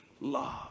love